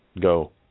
go